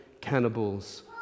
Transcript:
cannibal's